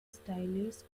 stylised